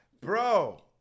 Bro